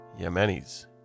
Yemenis